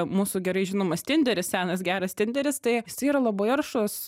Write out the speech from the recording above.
mūsų gerai žinomas tinderis senas geras tenderis tai jisai yra labai aršus